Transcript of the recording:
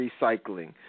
recycling